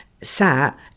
Sat